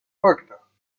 фактах